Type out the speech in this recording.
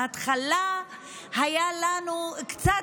בהתחלה היה לנו קצת,